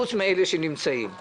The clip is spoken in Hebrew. פרט לאלה שנמצאים כאן,